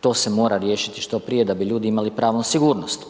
to se mora riješiti što prije da bi ljudi imali pravnu sigurnost.